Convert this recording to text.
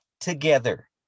together